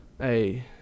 Hey